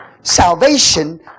Salvation